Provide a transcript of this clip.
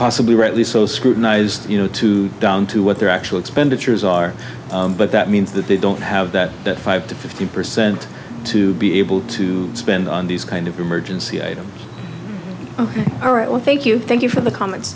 possibly rightly so scrutinized you know to down to what their actual expenditures are but that means that they don't have that five to fifteen percent to be able to spend on these kind of emergency items all right well thank you thank you for the com